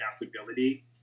adaptability